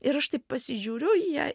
ir aš taip pasižiūriu į ją